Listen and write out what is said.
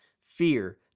fear